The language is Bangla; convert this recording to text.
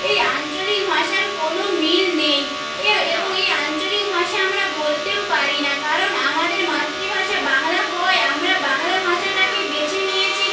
এই আঞ্চলিক ভাষার কোনো মিল নেই এ এবং এই আঞ্চলিক ভাষা আমরা বলতেও পারি না কারণ আমাদের মাতৃভাষা বাংলা হওয়ায় আমরা বাংলা ভাষাটাকেই বেছে নিয়েছি